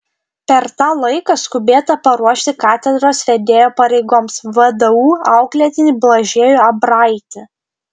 per tą laiką skubėta paruošti katedros vedėjo pareigoms vdu auklėtinį blažiejų abraitį